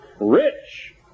rich